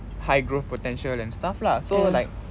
high growth potential and stuff lah so like